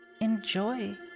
Enjoy